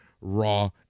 raw